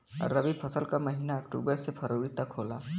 रवी फसल क महिना अक्टूबर से फरवरी तक होला